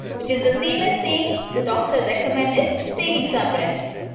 which is the same as saying the doctor recommended taking some rest.